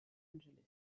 angeles